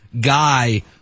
guy